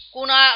Kuna